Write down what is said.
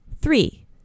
Three